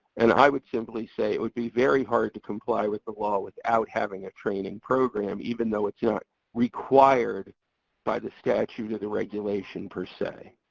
and i would simply say it would be very hard to comply with the law without having a training program, even though it's not yeah required by the statute or the regulation per se.